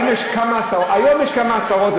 היום יש כמה עשרות,